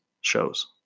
shows